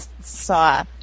saw